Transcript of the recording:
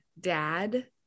dad